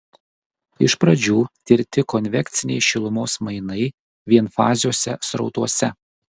iš pradžių tirti konvekciniai šilumos mainai vienfaziuose srautuose